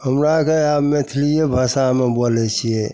हमरा आओरके आब मैथिलिए भाषामे बोलै छिए